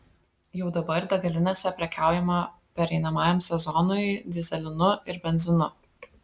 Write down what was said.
jau dabar degalinėse prekiaujama pereinamajam sezonui dyzelinu ir benzinu